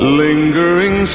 lingering